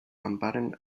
emparen